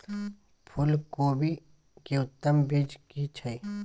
फूलकोबी के उत्तम बीज की छै?